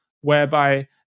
whereby